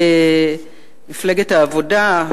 מפלגת העבודה,